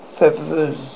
Pepper's